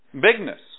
bigness